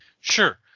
Sure